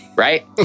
right